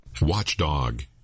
Watchdog